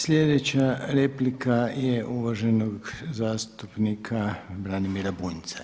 Sljedeća replika je uvaženog zastupnika Branimira Bunjca.